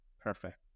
Perfect